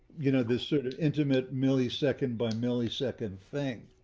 you know, this sort of intimate millisecond by millisecond thing.